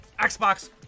Xbox